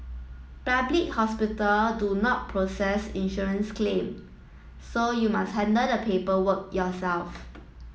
public hospital do not process insurance claim so you must handle another paperwork yourself